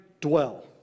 dwell